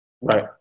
Right